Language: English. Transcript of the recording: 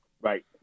Right